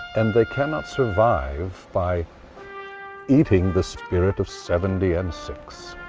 and they cannot survive by eating the spirit of seventy and six.